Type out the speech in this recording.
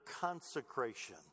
consecration